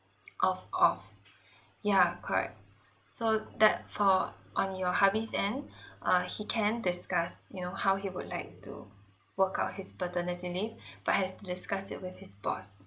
of off yeah correct so that for on your hubby's end uh he can discuss you know how he would like to work out his paternity leave but has to discuss it with his boss